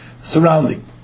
surrounding